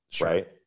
right